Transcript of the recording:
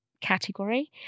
category